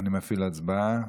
אני מפעיל הצבעה.